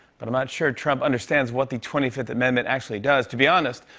but i'm not sure trump understands what the twenty fifth amendment actually does. to be honest,